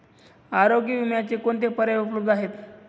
आरोग्य विम्याचे कोणते पर्याय उपलब्ध आहेत?